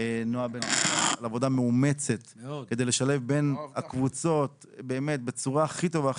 נעה בן שבת על עבודה מאומצת כדי לשלב בין הקבוצות באמת בצורה כי טובה,